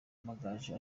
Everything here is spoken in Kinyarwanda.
amagaju